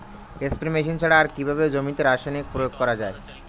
Spray machine ছাড়া আর কিভাবে জমিতে রাসায়নিক প্রয়োগ করা যায়?